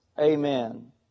Amen